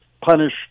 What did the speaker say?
punish